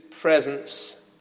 presence